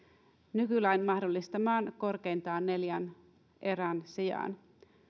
nykylain mahdollistaman korkeintaan neljän erän sijaan